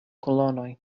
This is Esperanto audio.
kolonoj